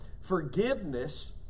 forgiveness